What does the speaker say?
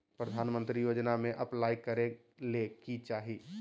प्रधानमंत्री योजना में अप्लाई करें ले की चाही?